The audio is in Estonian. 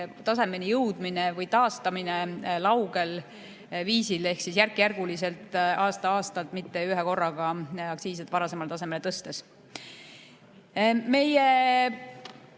tasemeni jõudmine või taastamine laugel viisil ehk järkjärguliselt, aasta-aastalt, mitte ühekorraga aktsiise varasemale tasemele tõstes.